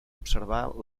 observar